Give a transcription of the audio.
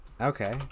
Okay